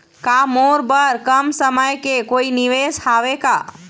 का मोर बर कम समय के कोई निवेश हावे का?